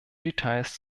details